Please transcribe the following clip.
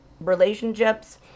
relationships